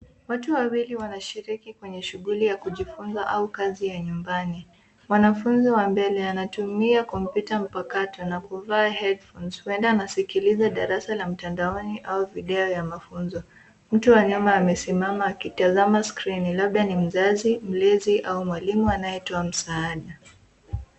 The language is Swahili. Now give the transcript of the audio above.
Watu wawili wanashiriki kwenye shughuli ya kujifunza au kazi ya nyumbani. Mwanafunzi wa mbele anatumia kompyuta mpakato na kuvaa headphones huenda anaskiliza darasa la mtandaoni au video ya mafunzo. Mtu wa nyuma amesimama akitazama skrini labda ni mzazi, mlezi au mwalimu anayetoa msaada.